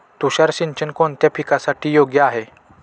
तुषार सिंचन कोणत्या पिकासाठी योग्य आहे?